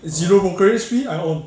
zero brokerage fee I on